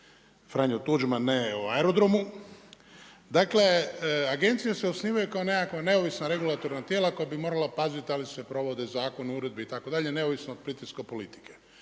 Franjo Tuđman, ne o aerodromu. Dakle agencije se osnivaju kao nekakva neovisna regulatorna tijela koja bi morala paziti da li se provode Zakon o uredbi itd., neovisno od pritiska politike.